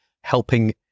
helping